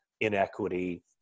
inequity